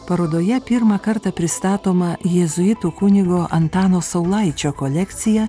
parodoje pirmą kartą pristatoma jėzuitų kunigo antano saulaičio kolekcija